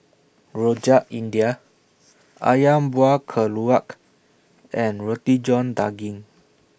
Rojak India Ayam Buah Keluak and Roti John Daging